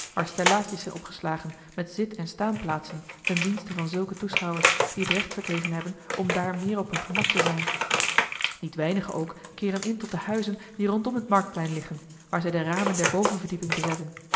waar stellaadjes zijn opgeslagen met zit en staanplaatsen ten dienste van zulke toeschouwers die het recht verkregen hebben om daar meer op hun gemak te zijn niet weinigen ook keeren in tot de huizen die rondom het marktplein liggen waar zij de ramen der bovenverdieping bezetten